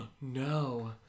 no